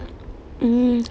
mm